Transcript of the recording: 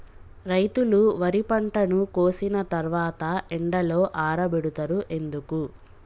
రైతులు వరి పంటను కోసిన తర్వాత ఎండలో ఆరబెడుతరు ఎందుకు?